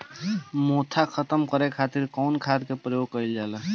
मोथा खत्म करे खातीर कउन खाद के प्रयोग कइल जाला?